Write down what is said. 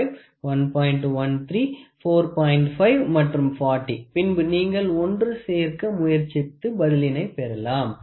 5 மற்றும் 40 பின்பு நீங்கள் ஒன்று சேர்க்க முயற்சித்து பதிலினை பெறலாம்